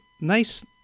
Nice